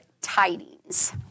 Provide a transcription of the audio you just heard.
tidings